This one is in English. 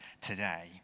today